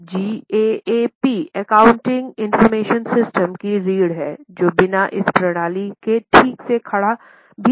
अब GAAP accounting information system की रीढ़ है जो बिना इस प्रणाली के ठीक से खड़ा भी नहीं हो सकता